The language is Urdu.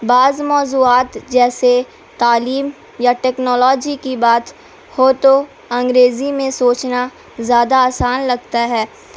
بعض موضوعات جیسے تعلیم یا ٹیکنالوجی کی بات ہو تو انگریزی میں سوچنا زیادہ آسان لگتا ہے